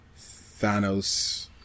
Thanos